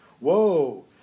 Whoa